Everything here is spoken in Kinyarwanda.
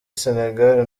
senegal